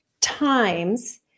times